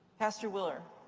pastor willer.